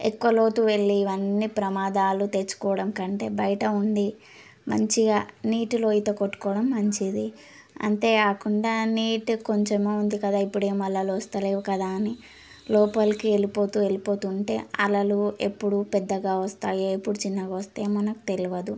ఎక్కువ లోతు వెళ్ళి ఇవన్నీ ప్రమాదాలు తెచ్చుకోవడం కంటే బయట ఉండి మంచిగా నీటిలో ఈత కొట్టుకోవడం మంచిది అంతే కాకుండా నీటి కొంచెమే ఉంది కదా ఇప్పుడేం అలలు వస్తలేవు కదా అని లోపలికి వెళ్ళిపోతూ వెళ్ళిపోతూ ఉంటే అలలు ఎప్పుడు పెద్దగా వస్తాయి ఎప్పుడు చిన్నగా వస్తాయో మనకు తెలియదు